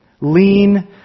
Lean